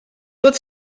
tot